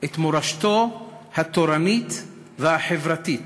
את מורשתו התורנית והחברתית